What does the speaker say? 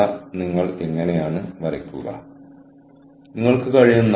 പക്ഷേ സ്ഥാപനത്തിന് അറിയുന്നതെന്തും ഞങ്ങളുമായി പങ്കിടുന്നില്ല